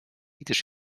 gdyż